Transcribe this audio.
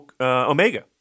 Omega